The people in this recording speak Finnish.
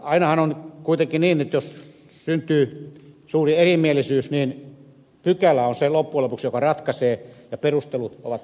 ainahan on kuitenkin niin että jos syntyy suuri erimielisyys niin pykälä on loppujen lopuksi se joka ratkaisee ja perustelut ovat toissijaisia